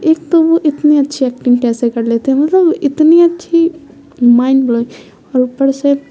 ایک تو وہ اتنی اچھی ایکٹنگ کیسے کر لیتے ہیں مطلب اتنی اچھی مائنڈ بلوگ اور اوپر سے